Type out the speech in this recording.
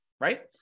right